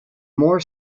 more